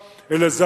1949, אלא זה